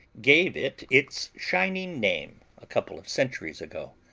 gave it its shining name a couple of centuries ago.